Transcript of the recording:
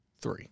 three